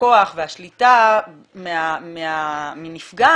הכוח והשליטה מנפגעת